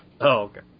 okay